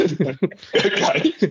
Okay